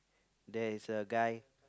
there is a guy